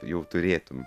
jau turėtum